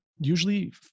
usually